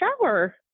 shower